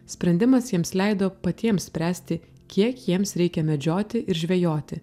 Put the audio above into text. sprendimas jiems leido patiems spręsti kiek jiems reikia medžioti ir žvejoti